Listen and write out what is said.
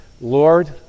Lord